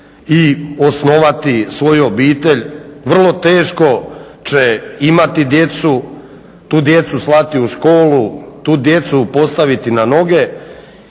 i osnovati svoju obitelj, vrlo teško će imati djecu, tu djecu slati u školu, tu djecu postaviti na noge.